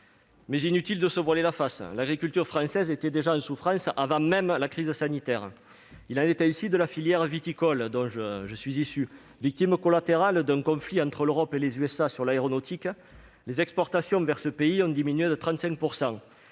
Inutile de se voiler la face toutefois, l'agriculture française était déjà en souffrance avant même la crise sanitaire. Il en est ainsi de la filière viticole dont je suis issu. Victimes collatérales du conflit sur l'aéronautique entre l'Europe et les États-Unis, ses exportations vers ce pays ont diminué de 35 %.